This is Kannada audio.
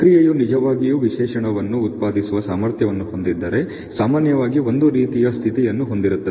ಪ್ರಕ್ರಿಯೆಯು ನಿಜವಾಗಿಯೂ ವಿಶೇಷಣವನ್ನು ಉತ್ಪಾದಿಸುವ ಸಾಮರ್ಥ್ಯವನ್ನು ಹೊಂದಿದ್ದರೆ ಸಾಮಾನ್ಯವಾಗಿ ಒಂದು ರೀತಿಯ ಸ್ಥಿತಿಯನ್ನು ಹೊಂದಿರುತ್ತದೆ